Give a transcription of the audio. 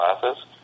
classes